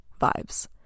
vibes